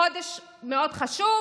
חודש מאוד חשוב,